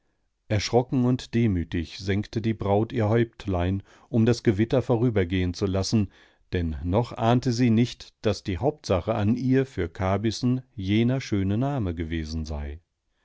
erschrocken und demütig senkte die braut ihr häuptlein um das gewitter vorübergehen zu lassen denn noch ahnte sie nicht daß die hauptsache an ihr für kabyssen jener schöne name gewesen sei